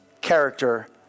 character